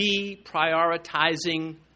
deprioritizing